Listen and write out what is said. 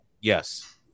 Yes